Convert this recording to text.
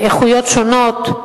איכויות שונות,